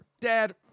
Dad